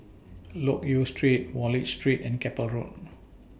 Loke Yew Street Wallich Street and Keppel Road